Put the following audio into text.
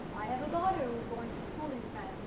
i have a daughter who's going to school in france.